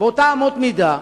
אמות מידה,